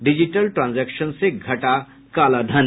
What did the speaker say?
digital transaction से घटा कालाधन